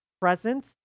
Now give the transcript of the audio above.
presence